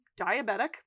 diabetic